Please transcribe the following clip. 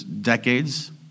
decades